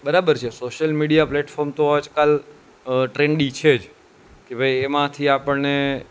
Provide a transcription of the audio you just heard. બરાબર છે social media platform તો આજકાલ ટ્રેન્ડી છે જ કે ભાઈ એમાંથી આપણને